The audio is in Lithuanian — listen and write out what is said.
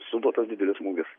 suduotas didelis smūgis